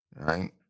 Right